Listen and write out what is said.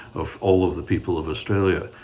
of all of the people of australia.